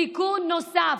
תיקון נוסף: